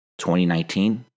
2019